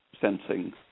sensing